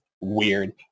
weird